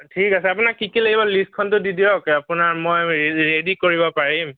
ঠিক আছে আপোনাক কি কি লাগিব লিষ্টখনটো দি দিয়ক আপোনাৰ মই ৰে ৰেডি কৰিব পাৰিম